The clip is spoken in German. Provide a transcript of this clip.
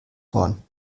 horn